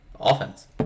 offense